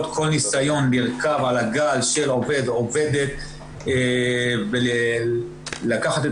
כל ניסיון לרכוב על הגל של עובד או עובדת ולקחת את